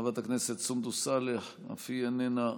חברת הכנסת סונדוס סאלח, אף היא איננה.